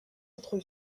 autres